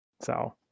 So-